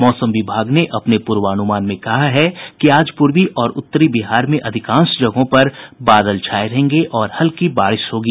मौसम विभाग ने अपने पूर्वानुमान में कहा है कि आज पूर्वी और उत्तरी बिहार में अधिकांश जगहों पर बादल छाये रहेंगे और हल्की बारिश होगी